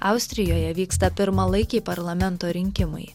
austrijoje vyksta pirmalaikiai parlamento rinkimai